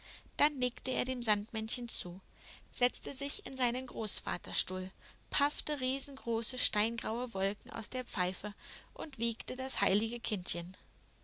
dann nickte er dem sandmännchen zu setzte sich in seinen großvaterstuhl paffte riesengroße steingraue wolken aus der pfeife und wiegte das heilige kindchen